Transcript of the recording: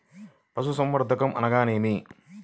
పశుసంవర్ధకం అనగానేమి?